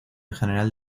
general